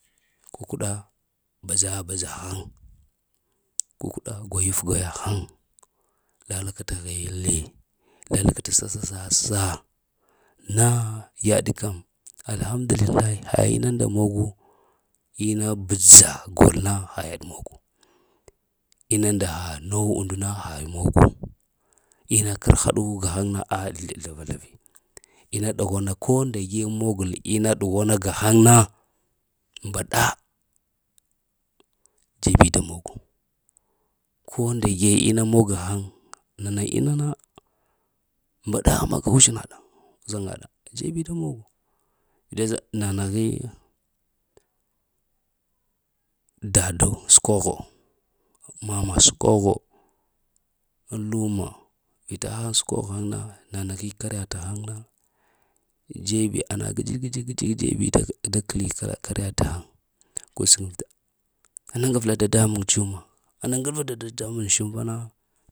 Kukuɗa badza badza haŋ, kukuɗa gwayaf gwayahaŋ, lala ke dahele, lalaaka t sasa sassa nah, yaɗ kəm alhamdulillah ha inu nda mogu. Ina bədza golna ha yuaɗ mogu, inu nda hga nogh und na ha yaɗ mogu, ina kərhaɗu gahaŋ na a zlava-zlavi, ina ɗughwana ko ndage mogul ina ɗughwana gahaŋ na. n mbaɗa jebi da moga ko ndage ina mogohaŋ, nana ina na mbaɗa a maga uzhina ɗa uzhaŋa ɗa dzebi da mogo dege nanəhi daɗah səkwaho, mama səkwaho n uma vitahaŋ skwahu na, nanehi karya tahaŋ na dzebi anna gəji gəji-gəji dzebi da kəl t karya tahaŋ ko ko sebɗa ana ɗavla ɗaɗamug juma, ana ŋvla dadambug shugfa na